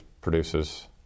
produces